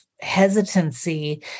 hesitancy